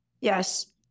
Yes